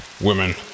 Women